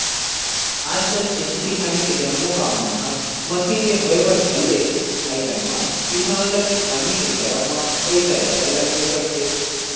आजकल खेती किसानी के जम्मो काम मन ह मसीन ले होय बर धर ले हे अइसन म किसान ल किसानी के करब म पइसा जादा लगबे करथे